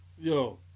Yo